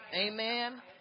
Amen